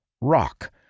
Rock